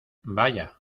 vaya